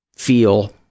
feel